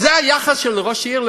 זה היחס של ראש עיר?